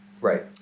Right